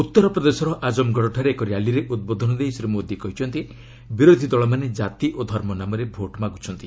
ଉତ୍ତରପ୍ରଦେଶର ଆଜମଗଡ଼ଠାରେ ଏକ ର୍ୟାଲିରେ ଉଦ୍ବୋଧନ ଶ୍ରୀ ମୋଦି କହିଛନ୍ତି ବିରୋଧୀ ଦଳମାନେ କାତି ଓ ଧର୍ମ ନାମରେ ଭୋଟ୍ ମାଗୁଛନ୍ତି